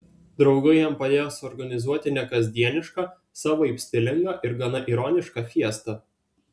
draugai jam padėjo suorganizuoti nekasdienišką savaip stilingą ir gana ironišką fiestą